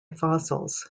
fossils